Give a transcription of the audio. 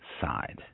side